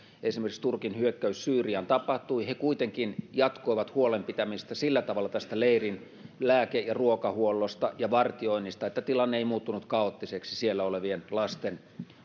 esimerkiksi turkin hyökkäys syyriaan tapahtui he kuitenkin jatkoivat huolen pitämistä sillä tavalla tästä leirin lääke ja ruokahuollosta ja vartioinnista että tilanne ei muuttunut kaoottiseksi siellä olevien lasten